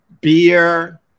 beer